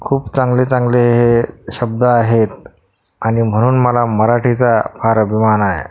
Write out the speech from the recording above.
खूप चांगले चांगले हे शब्द आहेत आणि म्हणून मला मराठीचा फार अभिमान आहे